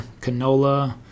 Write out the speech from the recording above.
canola